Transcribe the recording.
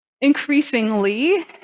increasingly